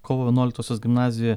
kovo vienuoliktosios gimnazijoje